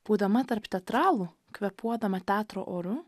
būdama tarp teatralų kvėpuodama teatro oru